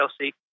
Chelsea